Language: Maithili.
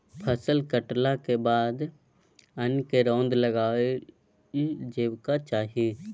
फसल कटलाक बाद अन्न केँ रौद लगाएल जेबाक चाही